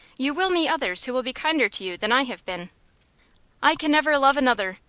you will meet others who will be kinder to you than i have been i can never love another.